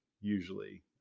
usually